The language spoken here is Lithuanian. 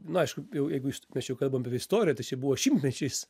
na aišku jau jeigu mes čia jau kalbam apie istoriją tai čia buvo šimtmečiais